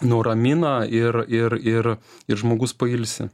nuramina ir ir ir ir žmogus pailsi